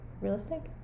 realistic